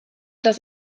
das